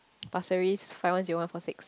Pasir-Ris five one zero one four six